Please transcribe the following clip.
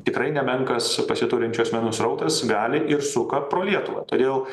tikrai nemenkas pasiturinčių asmenų srautas gali ir suka pro lietuvą todėl